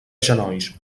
genolls